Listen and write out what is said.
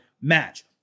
match